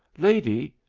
lady,